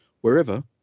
wherever